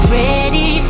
ready